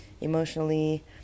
emotionally